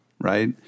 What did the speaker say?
Right